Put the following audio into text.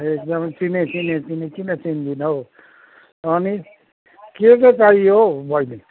ए गुरुआमा चिनेँ चिनेँ चिनेँ किन चिन्दिनँ हौ अनि के के चाहियो हौ बैनी